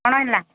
କ'ଣ ହେଲା